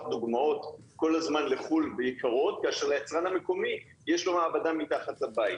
דוגמאות כל הזמן לחו"ל כאשר ליצרן המקומי יש מעבדה מתחת לבית.